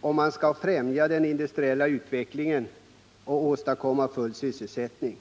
om man skall främja den industriella utvecklingen och åstadkomma full sysselsättning.